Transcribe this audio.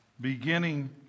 beginning